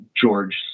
George